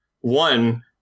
one